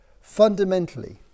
fundamentally